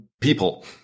people